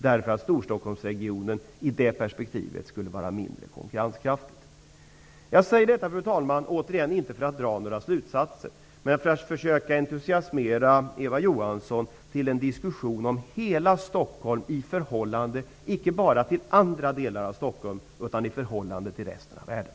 Storstockholmsregionen skulle i det perspektivet vara mindre konkurrenskraftigt. Fru talman! Återigen, jag säger inte detta för att dra några slutsatser utan för att försöka entusiasmera Eva Johansson till en diskussion om hela Stockholm i förhållande icke bara till andra delar av Stockholm utan till resten av världen.